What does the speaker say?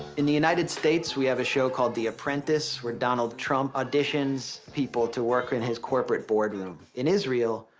in the united states, we have a show called the apprentice, where donald trump auditions people to work in his corporate boardroom. in israel,